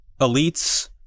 elites